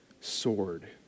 sword